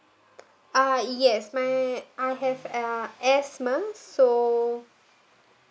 ah yes my I have uh so